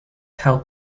held